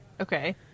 Okay